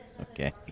Okay